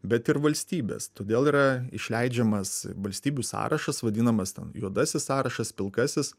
bet ir valstybės todėl yra išleidžiamas valstybių sąrašas vadinamas ten juodasis sąrašas pilkasis